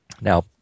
Now